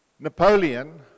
Napoleon